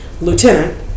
Lieutenant